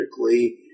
critically